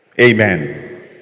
Amen